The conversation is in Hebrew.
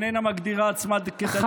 שאיננה מגדירה עצמה כדתייה,